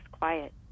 quiet